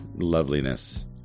loveliness